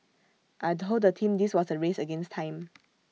I Told the team this was A race against time